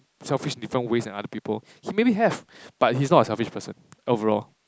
selfish different ways than other people he maybe have but he's not a selfish person overall